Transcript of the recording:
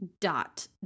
Dot